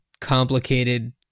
complicated